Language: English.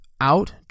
out